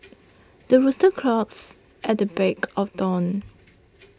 the rooster crows at the break of dawn